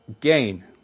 gain